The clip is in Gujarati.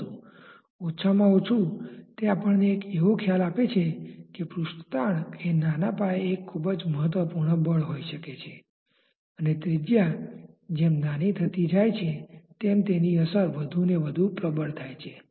પરંતુ ઓછામાં ઓછું તે આપણને એક એવો ખ્યાલ આપે છે કે પૃષ્ઠતાણ એ નાના પાયે એક ખૂબ જ મહત્વપૂર્ણ બળ હોઈ શકે છે અને ત્રિજ્યા જેમ નાની થતી જાય છે તેમ તેની અસર વધુ અને વધુ પ્રબળ થાય છે